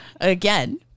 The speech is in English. Again